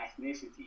ethnicity